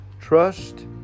Trust